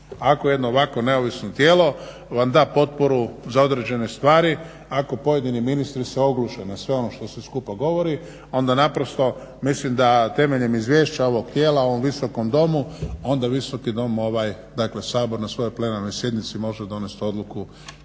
ako jedno ovakvo neovisno tijelo vam da potporu za određene stvari, ako pojedini ministri se ogluše na sve ono što se skupa govori onda naprosto mislim da temeljem izvješća ovog tijela ovom Visokom domu, onda Visoki Dom ovaj dakle Sabor na svojoj plenarnoj sjednici može donijet odluku